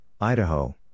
Idaho